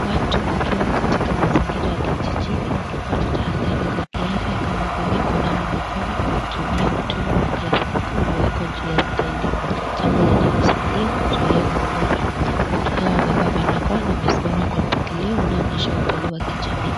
Watu wakiwa katika mazingira ya kijijini wakifuata tahadhari za kiafya kama vile, kunawa mikono kwa kutumia mtundu wa plastiki uliyowekwa juu ya stendi. Jambo linalosaidia kuzuia magonjwa. Watu hawa wamevaa barakoa na wamesimama kwa mpangilio wanaoonyesha upole wa kijamii.